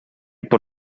por